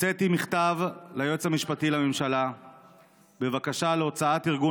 הוצאתי מכתב ליועץ המשפטי לממשלה בבקשה להוצאת ארגון